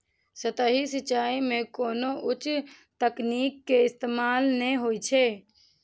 सतही सिंचाइ मे कोनो उच्च तकनीक के इस्तेमाल नै होइ छै